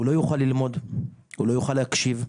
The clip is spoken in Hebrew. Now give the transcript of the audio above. הוא לא יוכל ללמוד, הוא לא יוכל להקשיב.